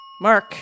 Mark